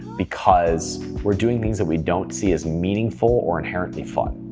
because we're doing things that we don't see as meaningful or inherently fun,